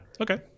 Okay